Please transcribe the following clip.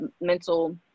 mental